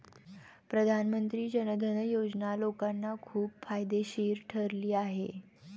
प्रधानमंत्री जन धन योजना लोकांना खूप फायदेशीर ठरली आहे